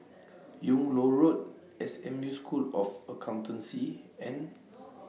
Yung Loh Road S M U School of Accountancy and